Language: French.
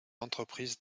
entreprise